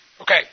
Okay